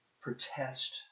protest